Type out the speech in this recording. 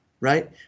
right